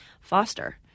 foster